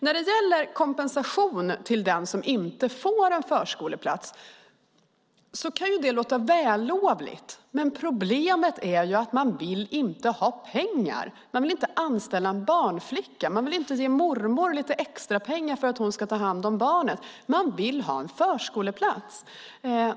När det gäller kompensation till den som inte får en förskoleplats kan det låta vällovligt, men problemet är att man inte vill ha pengar. Man vill inte anställa en barnflicka. Man vill inte ge mormor lite extrapengar för att hon ska ta hand om barnet. Man vill ha en förskoleplats.